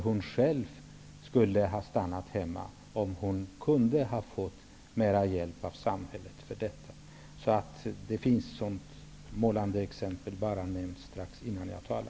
Hon skulle själv ha stannat hemma om hon kunde ha fått mera hjälp av samhället. Det fanns alltså ett målande exempel i talarstolen strax före mig.